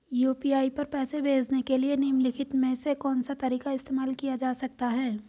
UPI पर पैसे भेजने के लिए निम्नलिखित में से कौन सा तरीका इस्तेमाल किया जा सकता है?